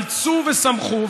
עלצו ושמחו,